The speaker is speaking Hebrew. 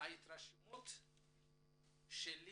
ההתרשמות שלי